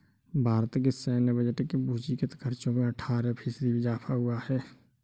भारत के सैन्य बजट के पूंजीगत खर्चो में अट्ठारह फ़ीसदी इज़ाफ़ा हुआ है